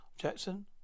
Jackson